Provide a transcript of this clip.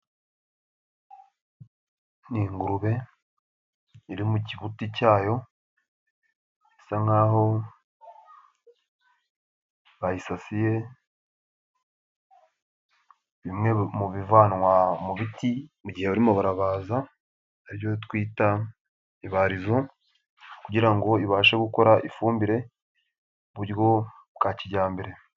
Ni ingurube iri mu kibuti cyayo, isa nkaho bayisasiye bimwe mu bivanwa mu biti. Mu gihe barimo barabaza, ari byo twita ibarizo kugira ngo ibashe gukora ifumbire mu buryo bwa kijyambere.